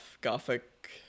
gothic